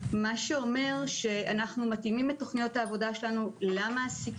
מה שאומר שאנחנו מתאימים את תוכניות העבודה שלנו למעסיקים,